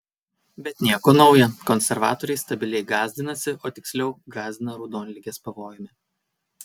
bet nieko nauja konservatoriai stabiliai gąsdinasi o tiksliau gąsdina raudonligės pavojumi